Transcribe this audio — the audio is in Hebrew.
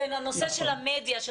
זה לנושא של המדיה,